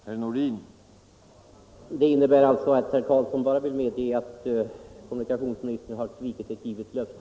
Herr talman! Det innebär alltså att herr Karlsson i Malung vill medge att kommunikationsministern har svikit ett givet löfte.